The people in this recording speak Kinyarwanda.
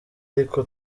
ariko